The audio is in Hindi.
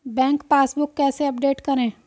बैंक पासबुक कैसे अपडेट करें?